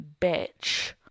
bitch